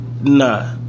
Nah